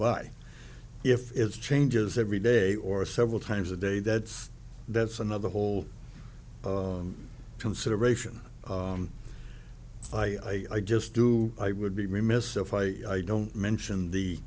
by if it's changes every day or several times a day that's that's another whole consideration i just do i would be remiss if i don't mention the